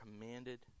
commanded